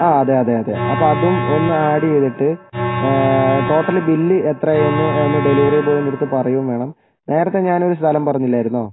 ആ അതെ അതെ അതെ അപ്പോൾ അതും ഒന്ന് ആഡ് ചെയ്തിട്ട് ടോട്ടൽ ബില്ല് എത്ര എന്ന് ഒന്ന് ഡെലിവറി ബോയിൻറ്റടുത്ത് പറയും വേണം നേരത്തെ ഞാനൊരു സ്ഥലം പറഞ്ഞില്ലായിരുന്നോ